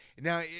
now